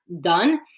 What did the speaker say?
done